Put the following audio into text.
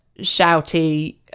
shouty